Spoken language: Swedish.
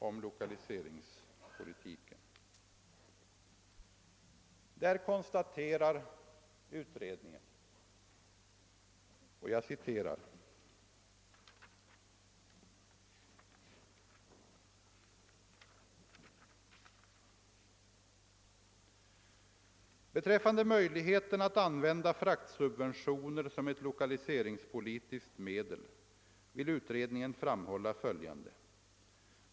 I detta betänkande heter det bl.a.: »Beträffande möjligheterna att använda fraktsubventioner som ett lokaliseringspolitiskt medel vill utredningen framhålla följande.